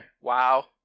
Wow